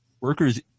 Workers